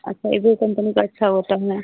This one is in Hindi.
अच्छा वीवो कम्पनी का अच्छा होता है